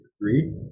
three